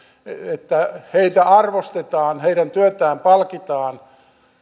että heitä arvostetaan heidän työtään palkitaan